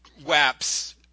WAPS